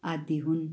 आदि हुन्